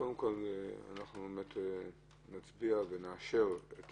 קודם כול נצביע ונאשר את